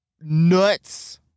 nuts